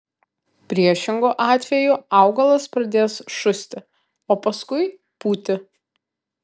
priešingu atveju augalas pradės šusti o paskui pūti